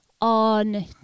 on